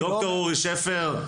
ד"ר אורי שפר,